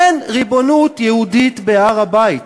אין ריבונות יהודית בהר-הבית.